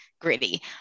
Gritty